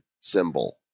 symbol